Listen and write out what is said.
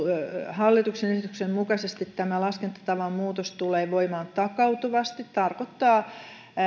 hallituksen esityksen mukaisesti tämä laskentatavan muutos tulee voimaan takautuvasti tarkoittaa